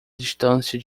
distância